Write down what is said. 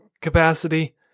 capacity